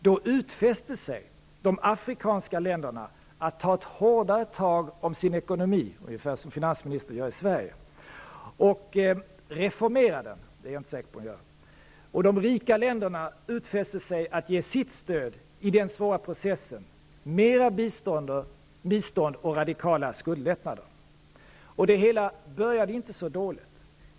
Då utfäste sig de afrikanska länderna att ta ett hårdare tag om sin ekonomi, ungefär som finansministern gör i Sverige, och reformera den -- det är jag inte säker på att hon gör. De rika länderna utfäste sig att ge sitt stöd i den svåra processen -- mera bistånd och radikala skuldlättnader. Det hela började inte så dåligt.